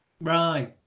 right